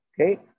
Okay